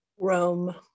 Rome